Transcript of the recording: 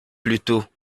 plutôt